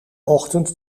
ochtend